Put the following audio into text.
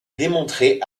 démontrée